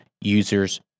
users